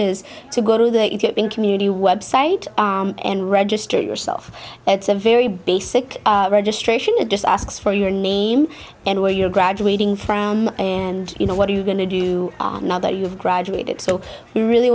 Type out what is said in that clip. is to go to that you get in community website and register yourself that's a very basic registration it just asks for your name and where you're graduating from and you know what are you going to do now that you've graduated so you really